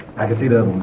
i can see those